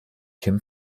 kim